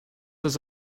das